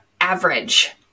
average